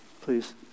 please